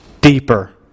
deeper